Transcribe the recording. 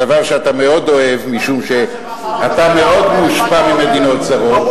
דבר שאתה מאוד אוהב משום שאתה מאוד מושפע ממדינות זרות,